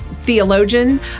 theologian